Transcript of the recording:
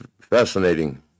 fascinating